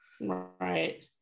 Right